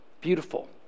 Beautiful